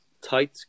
tight